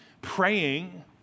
praying